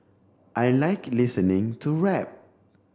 I like listening to rap